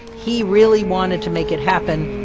he really wanted to make it happen,